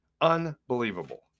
Unbelievable